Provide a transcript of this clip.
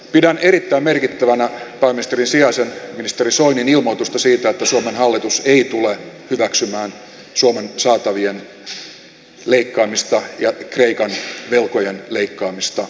pidän erittäin merkittävänä pääministerin sijaisen ministeri soinin ilmoitusta siitä että suomen hallitus ei tule hyväksymään suomen saatavien leikkaamista ja kreikan velkojen leikkaamista